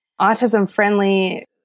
autism-friendly